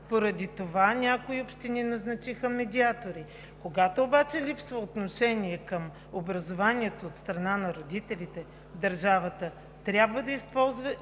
поради това някои общини назначиха медиатори. Когато обаче липсва отношение към образованието от страна на родителите, държавата трябва да използва